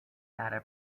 data